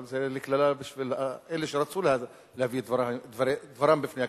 אבל לקללה לאלה שרצו להביא דברם בפני הכנסת.